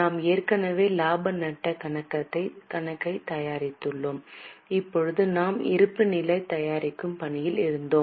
நாம் ஏற்கனவே இலாப நட்டக் கணக்கைத் தயாரித்துள்ளோம் இப்போது நாம் இருப்புநிலை தயாரிக்கும் பணியில் இருந்தோம்